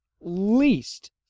least